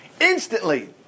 Instantly